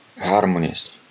harmonies